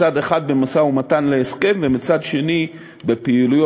מצד אחד במשא-ומתן להסכם ומצד שני בפעילויות